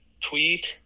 Tweet